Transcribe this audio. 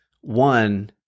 one